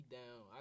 down